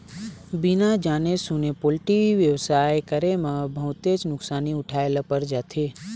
बिना जाने सूने पोल्टी बेवसाय करे म बहुतेच नुकसानी उठाए ल पर जाथे